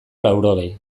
laurogei